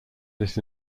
this